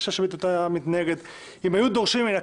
לא יודע איך שאשא ביטון הייתה מתנהגת אם היו דורשים ממנה,